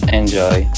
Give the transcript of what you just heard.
enjoy